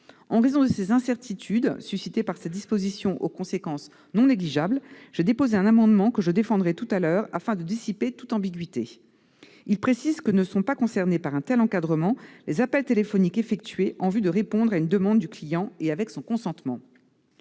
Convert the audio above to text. En raison des incertitudes suscitées par cette disposition aux conséquences non négligeables, j'ai déposé un amendement, que je défendrai tout à l'heure, visant à dissiper toute ambiguïté. Il tend à préciser que ne sont pas concernés par un tel encadrement les appels téléphoniques effectués en vue de répondre à une demande du client, avec son consentement.